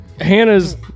Hannah's